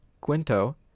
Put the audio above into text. Quinto